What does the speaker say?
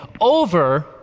over